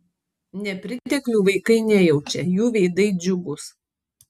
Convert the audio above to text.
nepriteklių vaikai nejaučia jų veidai džiugūs